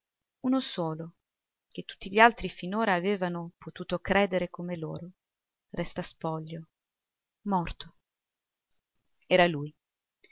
uno solo che tutti gli altri finora avevano potuto credere come loro resta spoglio morto era lui